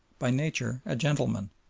by nature a gentleman,